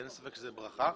אין ספק שזה ברכה.